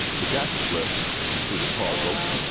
the guest list included paul robeson,